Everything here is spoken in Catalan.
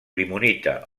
limonita